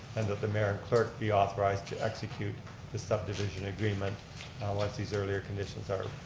and that the mayor and clerk be authorized to execute the subdivision agreement once these earlier conditions are